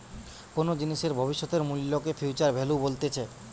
কোনো জিনিসের ভবিষ্যতের মূল্যকে ফিউচার ভ্যালু বলতিছে